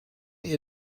ihr